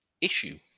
issue